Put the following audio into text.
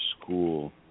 school